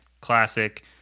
classic